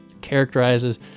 characterizes